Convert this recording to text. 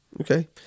Okay